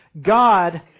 God